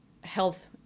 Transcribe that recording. health